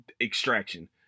Extraction